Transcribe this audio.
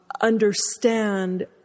understand